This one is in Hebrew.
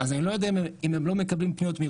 מחליפים ביננו מידע ומטפלים כל אחד לפי סמכויותיו,